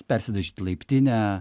persidažyti laiptinę